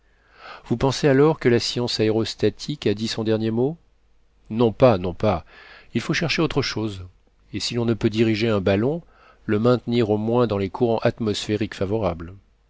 vous pensez alors que la science aérostatique a dit son dernier mot non pas non pas il faut chercher autre chose et si l'on ne peut diriger un ballon le maintenir au moins dans les courants atmosphériques favorables